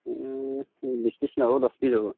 বিছ পিচ নহ'ব দহ পিচ হ'ব